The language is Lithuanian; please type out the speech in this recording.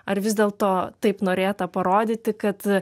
ar vis dėlto taip norėta parodyti kad